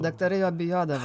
daktarai jo bijodavo